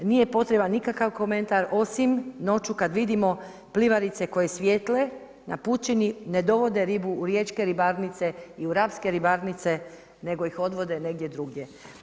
Nije potreban nikakav komentar osim noću kad vidimo plivarice koje svijetle na pučini ne dovode ribu u riječke ribarnice i u rapske ribarnice, nego ih odvode negdje drugdje.